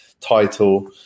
title